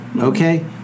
okay